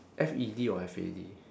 F E D or F A D